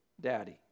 Daddy